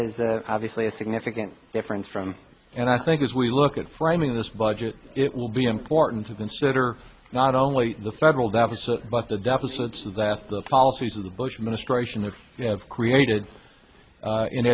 is obviously a significant difference from and i think as we look at framing this budget it will be important to consider not only the federal deficit but the deficits that the policies of the bush administration has created